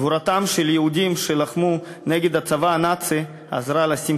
גבורתם של יהודים שלחמו נגד הצבא הנאצי עזרה לשים